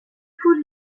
پول